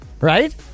Right